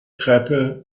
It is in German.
treppe